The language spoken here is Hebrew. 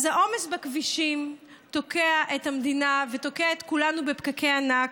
העומס בכבישים תוקע את המדינה ותוקע את כולנו בפקקי ענק,